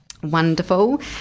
Wonderful